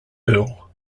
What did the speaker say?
earl